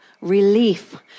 relief